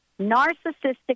narcissistic